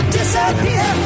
disappear